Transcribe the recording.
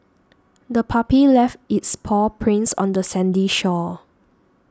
the puppy left its paw prints on the sandy shore